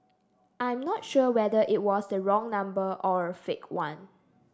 I'm not sure whether it was the wrong number or a fake one